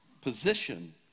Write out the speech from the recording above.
position